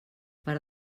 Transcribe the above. per